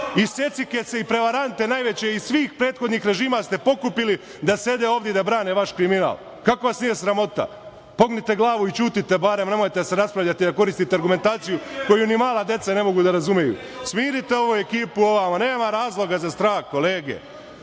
i secikese i prevarante najveće iz svih prethodnih režima ste pokupili da sede ovde i da brane vaš kriminal. Kako vas nije sramota. Pognite glavu i ćutite, bar nemojte da se raspravljate i da koristite argumentaciju koju ni mala deca ne mogu da razumeju. Smirite ovu ekipu ovamo, nema razloga za strah kolege,